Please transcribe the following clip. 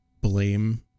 blame